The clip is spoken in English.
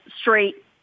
straight